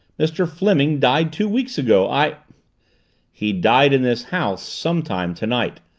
mr. fleming died two weeks ago. i he died in this house sometime tonight.